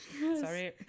Sorry